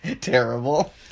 Terrible